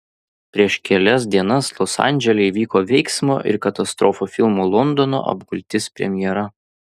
prieš kelias dienas los andžele įvyko veiksmo ir katastrofų filmo londono apgultis premjera